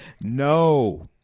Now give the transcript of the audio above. No